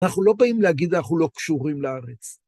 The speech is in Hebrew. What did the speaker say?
אנחנו לא באים להגיד אנחנו לא קשורים לארץ.